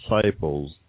Disciples